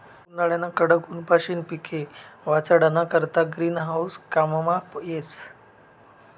उन्हायाना कडक ऊनपाशीन पिके वाचाडाना करता ग्रीन हाऊस काममा येस